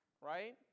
right